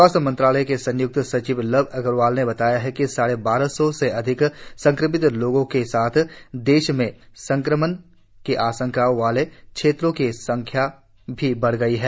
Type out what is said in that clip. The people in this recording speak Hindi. स्वास्थ्य मंत्रालय के संय्क्त सचिव लव अग्रवाल ने बताया कि साढ़े बारह सौ से अधिक संक्रमित लोगों के साथ देश में संक्रमण की आशंका वाले क्षेत्रों की संख्या भी बढ़ गई है